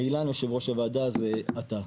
האילן, יושב ראש הוועדה, זה אתה.